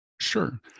sure